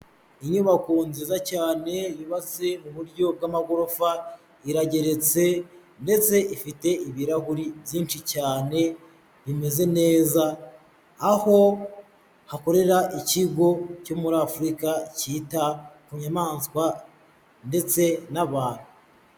Inyubako nziza cyane yubatse mu buryo bw'amagorofa, irageretse ndetse ifite ibirahuri byinshi cyane bimeze neza, aho hakorera ikigo cyo muri Afurika cyita ku nyamaswa ndetse n'abantu.